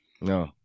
No